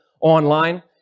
online